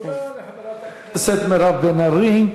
תודה לחברת הכנסת מירב בן ארי.